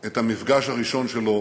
את המפגש הראשון שלו